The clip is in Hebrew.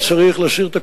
מה